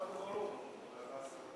חוק ומשפט.